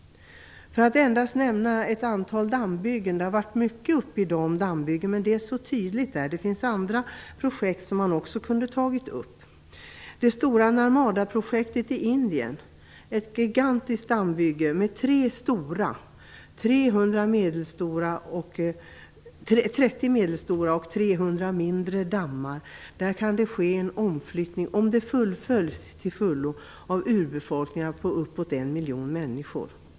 Det har i dag talats mycket om ett antal dammbyggen, men det finns andra projekt som man också kunde ha tagit upp. I det stora Narmadaprojektet i medelstora och 300 mindre dammar, kan det ske en omflyttning om bygget till fullo fullföljs av urbefolkningar på uppemot en miljon människor.